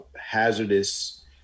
hazardous